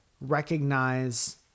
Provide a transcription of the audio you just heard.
recognize